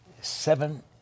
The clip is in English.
seven